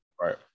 Right